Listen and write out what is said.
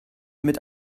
mit